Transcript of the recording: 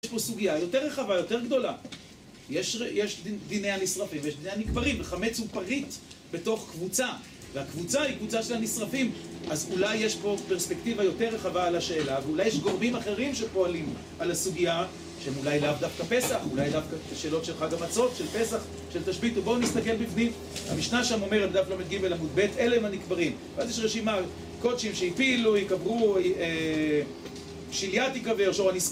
יש פה סוגיה יותר רחבה, יותר גדולה. יש דיני הנשרפים, ויש דיני הנקברים, וחמץ הוא פריט בתוך קבוצה, והקבוצה היא קבוצה של הנשרפים, אז אולי יש פה פרספקטיבה יותר רחבה על השאלה, ואולי יש גורמים אחרים שפועלים על הסוגיה, שהם אולי לאו דווקא פסח, אולי דווקא שאלות של חג המצות, של פסח, של תשבית, ובואו נסתכל בפנים: המשנה שם אומרת, דף ל"ג עמוד ב': "אלה הם הנקברים", ואז יש שם רשימה: קודשים שהפילו, יקברו, אה שיליה תיקבר, שור הנסקל